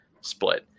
split